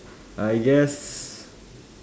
I guess